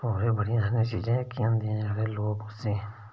होर बी बड़ियां सारियां चीज़ां जेह्कियां होन्दियां लोक उसी